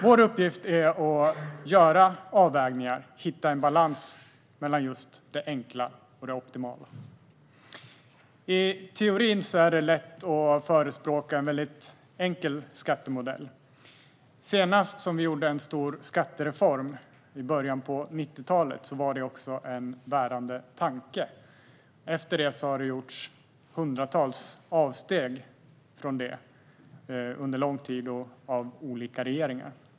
Vår uppgift är att göra avvägningar, att hitta en balans mellan just det enkla och det optimala. I teorin är det lätt att förespråka en enkel skattemodell. Senast vi gjorde en stor skattereform, i början av 90-talet, var det också en bärande tanke. Därefter har det gjorts hundratals avsteg från den, under lång tid och av olika regeringar.